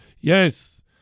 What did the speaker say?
Yes